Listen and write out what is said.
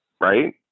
right